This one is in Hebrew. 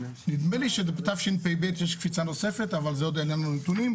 נדמה לי שבתשפ"ב יש קפיצה נוספת אבל עוד אין לנו נתונים,